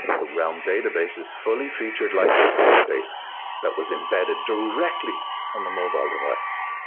the realm database's fully-featured lightweight database that was embedded directly on the mobile device,